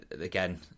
Again